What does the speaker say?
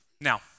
Now